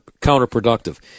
counterproductive